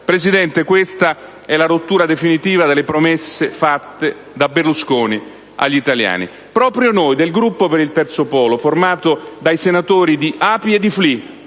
Presidente, questa è la definitiva rottura delle promesse fatte da Berlusconi agli italiani. Proprio noi, del Gruppo Per il Terzo Polo, formato dai senatori di ApI e FLI,